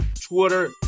Twitter